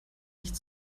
nicht